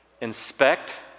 Inspect